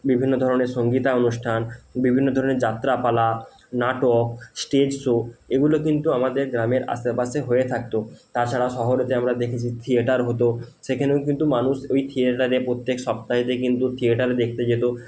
বিভিন্ন ধরনের সঙ্গীতানুষ্ঠান বিভিন্ন ধরনের যাত্রাপালা নাটক স্টেজ শো এগুলো কিন্তু আমাদের গ্রামের আশেপাশে হয়ে থাকত তাছাড়া শহরে আমরা দেখেছি থিয়েটার হতো সেখানেও কিন্তু মানুষ ওই থিয়েটারে প্রত্যেক সপ্তাহেতে কিন্তু থিয়েটার দেখতে যেত